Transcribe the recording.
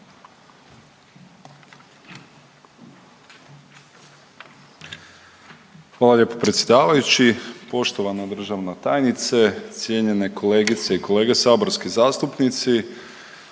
Hvala lijepo predsjedavajući, poštovana državna tajnice, cijenjene kolegice i kolege saborski zastupnici.